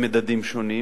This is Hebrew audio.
במדדים שונים.